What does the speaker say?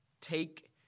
take